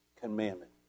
commandment